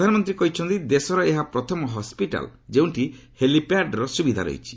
ପ୍ରଧାନମନ୍ତ୍ରୀ କହିଛନ୍ତି ଦେଶର ଏହା ପ୍ରଥମ ହସ୍କିଟାଲ୍ ଯେଉଁଠି ହେଲିପ୍ୟାଡ୍ର ସୁବିଧା ରହିଛି